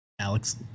Alex